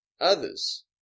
Others